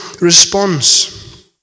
response